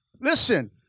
listen